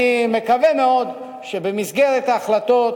אני מקווה מאוד שבמסגרת ההחלטות,